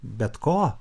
bet ko